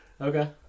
Okay